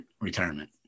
retirement